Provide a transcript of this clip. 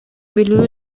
билүү